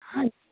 ਹਾਂਜੀ